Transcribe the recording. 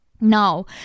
Now